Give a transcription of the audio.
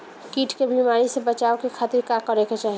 कीट के बीमारी से बचाव के खातिर का करे के चाही?